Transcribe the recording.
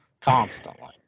constantly